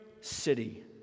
city